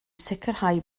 sicrhau